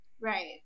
Right